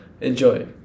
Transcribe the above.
Enjoy